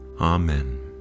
Amen